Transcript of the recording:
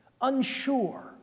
unsure